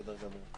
בסדר גמור.